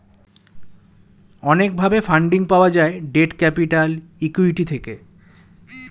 অনেক ভাবে ফান্ডিং পাওয়া যায় ডেট ক্যাপিটাল, ইক্যুইটি থেকে